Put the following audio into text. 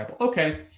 Okay